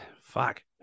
fuck